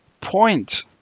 point